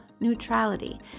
neutrality